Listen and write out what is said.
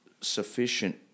sufficient